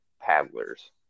paddlers